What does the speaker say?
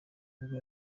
kabwo